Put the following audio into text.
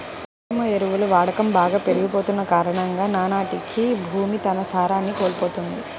కృత్రిమ ఎరువుల వాడకం బాగా పెరిగిపోతన్న కారణంగా నానాటికీ భూమి తన సారాన్ని కోల్పోతంది